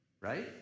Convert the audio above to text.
Right